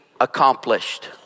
accomplished